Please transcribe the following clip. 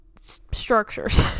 structures